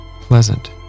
pleasant